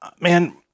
Man